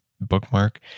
bookmark